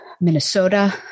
Minnesota